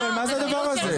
אבל מה זה הדבר הזה?